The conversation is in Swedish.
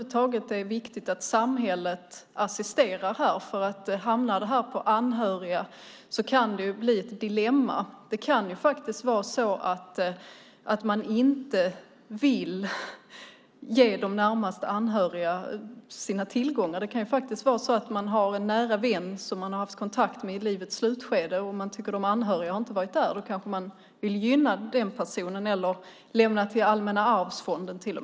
Det är viktigt att samhället assisterar här. Hamnar det på anhöriga kan det bli ett dilemma. Man kanske inte vill ge sina närmast anhöriga sina tillgångar. Man vill kanske hellre ge dem till en nära vän som man har haft kontakt med i livets slutskede om de anhöriga inte varit där. Eller så vill man kanske lämna dem till Allmänna arvsfonden.